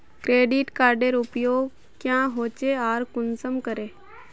Credit कार्डेर उपयोग क्याँ होचे आर कुंसम करे?